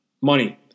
Money